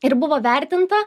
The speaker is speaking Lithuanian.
ir buvo vertinta